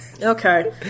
Okay